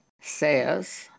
says